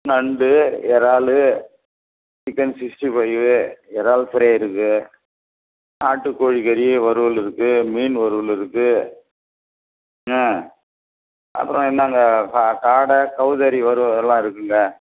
நண்டு இறாலு chicken sixty five இறால் ஃப்ரை இருக்குது நாட்டுக் கோழிக்கறி வறுவல் இருக்குது மீன் வறுவல் இருக்குது ஆ அப்புறம் என்னங்க ஃபா காடை கௌதாரி வறுவல் எல்லாம் இருக்குதுங்க